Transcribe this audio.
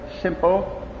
simple